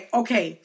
okay